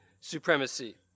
supremacy